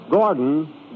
Gordon